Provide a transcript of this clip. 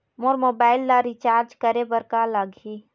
मोर mobile ला recharge करे बर का लगही?